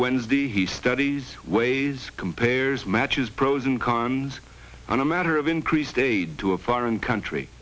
wednesday he studies ways compares matches pros and cons on a matter of increased aid to a foreign country